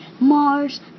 Mars